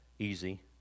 Easy